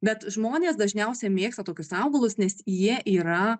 bet žmonės dažniausiai mėgsta tokius augalus nes jie yra